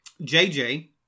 JJ